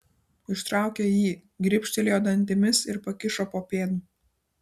ištraukė jį gribštelėjo dantimis ir pakišo po pėdu